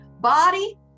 Body